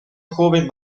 joven